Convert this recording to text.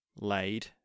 laid